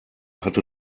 hatte